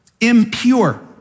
impure